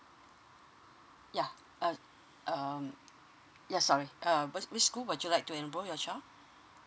yeah uh um ya sorry uh which school would you like to enroll your child